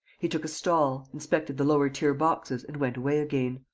he took a stall, inspected the lower-tier boxes and went away again.